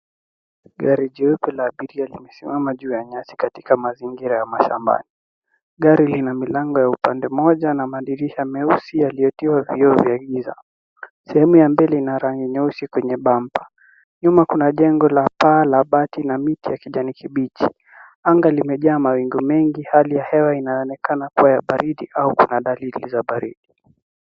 Gari jeupe la abiria limesimama juu ya nyasi katika mazingira ya mashambani. Gari lina milango ya upande mmoja na madirisha meusi yaliyotiwa vioo vya giza. Sehemu ya mbele ina rangi nyeusi kwenye bampa. Nyuma kuna jengo la paa la bati na miti ya kijani kibichi. Anga limejaa mawingu mengi hali ya hewa inaonekana kuwa ya baridi au kuna dalili za baridi.